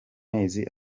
mezi